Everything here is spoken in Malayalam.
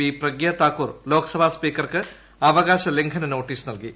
പി പ്രഗ്യ താക്കൂർ ലോക്സഭാ സ്പീക്കർക്ക് അവ്വകാശ ലംഘന നോട്ടീസ് നൽകി